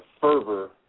fervor